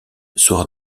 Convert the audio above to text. sera